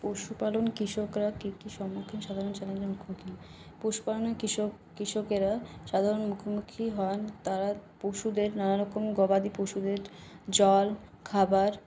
পশুপালন কৃষকরা কী কী সম্মুখীন সাধারণ চ্যালেঞ্জের মুখোমুখি পশুপালনে কৃষক কৃষকেরা সাধারণত মুখোমুখি হন তারা পশুদের নানারকম গবাদি পশুদের জল খাবার